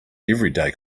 everyday